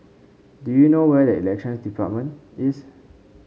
do you know where is Elections Department